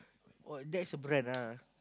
oh that's a brand ah